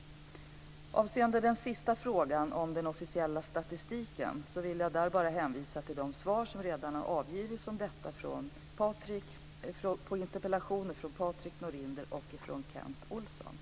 Beträffande den tredje frågan om statistiken vill jag bara hänvisa till de svar jag givit på interpellationer från Patrik Norinder (2001/02:60, besvarad den